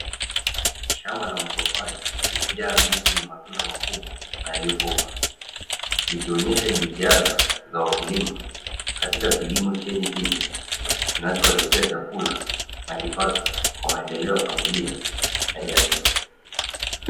Shamba la mapapai limejaa miti yenye matunda makubwa na yaliyokomaa, likionesha jitihada za wakulima katika kilimo chenye tija kinachowaletea chakula na kipato, kwa maendeleo ya familia na jamii.